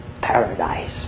paradise